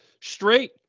straight